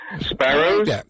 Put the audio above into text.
sparrows